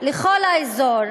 לכל האזור.